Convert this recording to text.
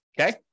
Okay